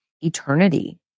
eternity